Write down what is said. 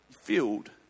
filled